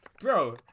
Bro